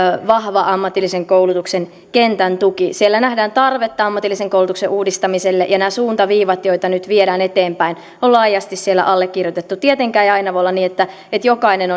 vahva ammatillisen koulutuksen kentän tuki siellä nähdään tarvetta ammatillisen koulutuksen uudistamiselle ja nämä suuntaviivat joita nyt viedään eteenpäin on laajasti siellä allekirjoitettu tietenkään ei aina voi olla niin että että jokainen